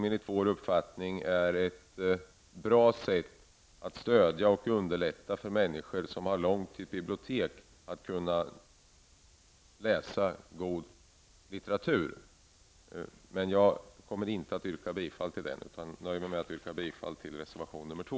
Enligt vår uppfattning är ett införande av ett kulturporto ett bra sätt att underlätta för människor som har långt till ett bibliotek att kunna läsa god litteratur. Jag kommer emellertid inte att yrka bifall till den, utan jag nöjer mig med att yrka bifall till reservation 2.